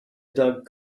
doug